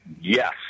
Yes